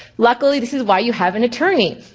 luckily, this is why you have an attorney.